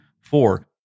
four